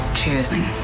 choosing